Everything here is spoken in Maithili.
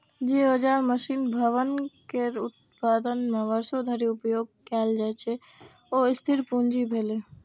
जे औजार, मशीन, भवन केर उत्पादन मे वर्षों धरि उपयोग कैल जाइ छै, ओ स्थिर पूंजी भेलै